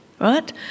right